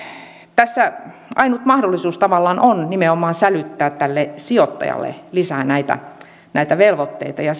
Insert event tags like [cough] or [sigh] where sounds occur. tässä ainut mahdollisuus tavallaan on nimenomaan sälyttää tälle sijoittajalle lisää näitä näitä velvoitteita ja [unintelligible]